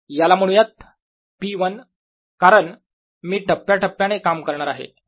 याला म्हणूयात P1 कारण मी टप्प्याटप्प्याने काम करणार आहे